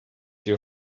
your